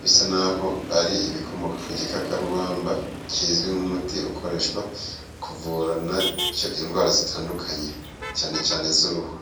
bisa n'aho ari ibikomoka ku gikakarubamba kizwi nk'umuti ukoreshwa mu kuvurana icyo indwara zitandukanye cyane cyane uruhu.